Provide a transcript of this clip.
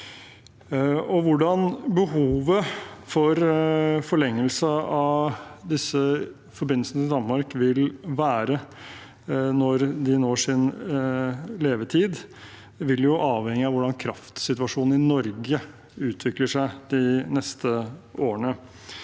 Hvordan behovet for forlengelse av disse forbindelsene til Danmark vil være når de når sin levetid, vil avhenge av hvordan kraftsituasjonen i Norge utvikler seg de neste årene.